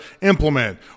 implement